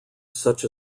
such